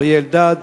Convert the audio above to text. אריה אלדד,